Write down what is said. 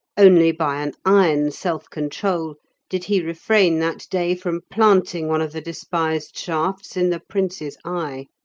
only by an iron self-control did he refrain that day from planting one of the despised shafts in the prince's eye.